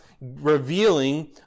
revealing